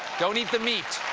don't eat the meat.